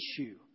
issue